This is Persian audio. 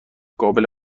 قابل